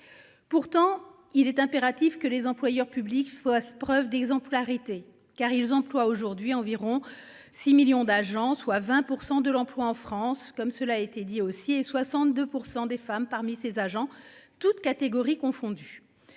Pourtant, il est impératif que les employeurs publics fassent preuve d'exemplarité car ils emploient aujourd'hui environ 6 millions d'agents, soit 20% de l'emploi en France comme cela a été dit aussi, et 62% des femmes parmi ses agents toutes catégories confondues.